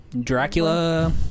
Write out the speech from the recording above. Dracula